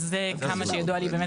מה שהוא אמר זה נכון.